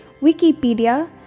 Wikipedia